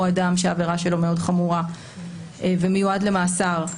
או אדם שההרשעה שלו מאוד חמורה ומיועד למאסר,